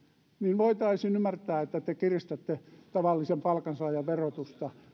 niin voitaisiin ymmärtää että te kiristätte tavallisen palkansaajan verotusta